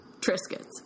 Triscuits